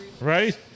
right